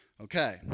Okay